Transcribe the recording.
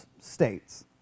states